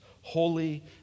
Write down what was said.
holy